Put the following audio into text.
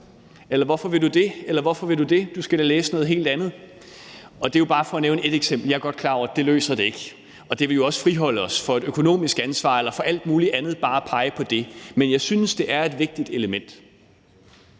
eller hvorfor vil du det eller det? Du skal da læse noget helt andet! Og det er jo bare for at nævne ét eksempel. Jeg er godt klar over, at det ikke løser det, og det ville jo også friholde os for et økonomisk ansvar og for alt muligt andet bare at pege på det. Men jeg synes, det er et vigtigt element.